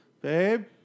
babe